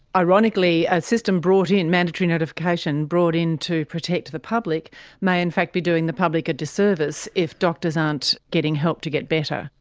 ironically a system brought in, mandatory notification, brought in to protect the public may in fact be doing the public a disservice if doctors aren't getting help to get better.